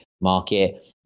market